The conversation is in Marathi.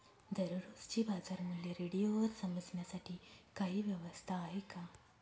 दररोजचे बाजारमूल्य रेडिओवर समजण्यासाठी काही व्यवस्था आहे का?